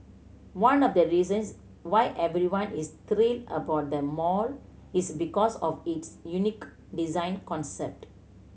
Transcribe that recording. one of the reasons why everyone is thrilled about the mall is because of its unique design concept